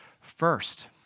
first